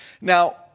Now